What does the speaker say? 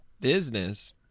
Business